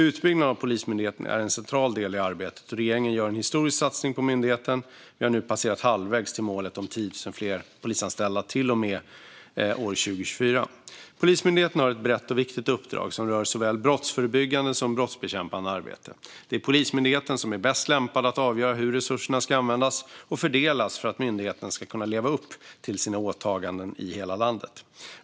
Utbyggnaden av Polismyndigheten är en central del i arbetet, och regeringen gör en historisk satsning på myndigheten. Vi har nu kommit halvvägs till målet om 10 000 fler polisanställda till och med 2024. Polismyndigheten har ett brett och viktigt uppdrag som rör såväl brottsförebyggande som brottsbekämpande arbete. Det är Polismyndigheten som är bäst lämpad att avgöra hur resurserna ska användas och fördelas för att myndigheten ska kunna leva upp till sina åtaganden i hela landet.